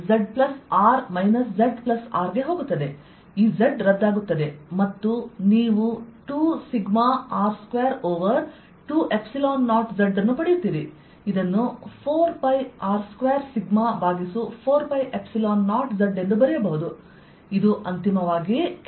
ಈ z ರದ್ದಾಗುತ್ತದೆ ಮತ್ತು ನೀವು 2σR2ಓವರ್20zಅನ್ನು ಪಡೆಯುತ್ತೀರಿ ಇದನ್ನು 4πR2σ4π0z ಎಂದು ಬರೆಯಬಹುದು ಇದು ಅಂತಿಮವಾಗಿ Q4π0z